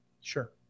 Sure